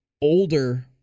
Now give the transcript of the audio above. older